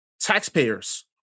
taxpayers